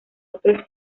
otros